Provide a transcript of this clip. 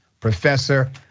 Professor